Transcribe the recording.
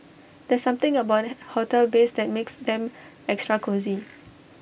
there's something about hotel beds that makes them extra cosy